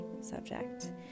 subject